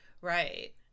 Right